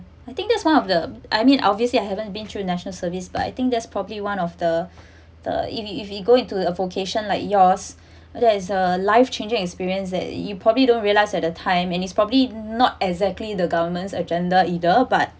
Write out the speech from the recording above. I think that's one of the I mean obviously I haven't been through national service but I think there's probably one of the the if you if you go into the vocation like yours there is a life changing experience that you probably don't realize at a time and it's probably not exactly the government's agenda either but